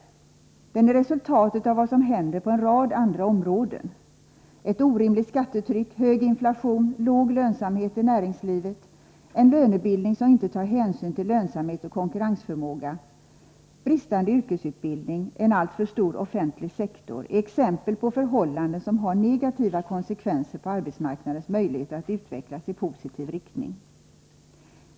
Den är resultatet av vad som händer på en rad andra områden. Ett orimligt skattetryck, hög inflation, låg lönsamhet i näringslivet, en lönebildning som inte tar hänsyn till lönsamhet och konkurrensförmåga, bristande yrkesutbildning och en alltför stor offentlig sektor är exempel på förhållanden som har negativa konsekvenser på arbetsmarknadens möjligheter att utvecklas i positiv riktning.